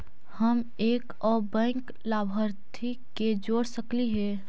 हम एक और बैंक लाभार्थी के जोड़ सकली हे?